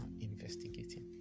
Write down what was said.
investigating